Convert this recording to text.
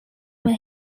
were